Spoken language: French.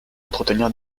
entretenir